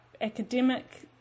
academic